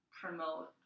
promote